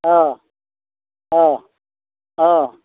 ओह ओह ओह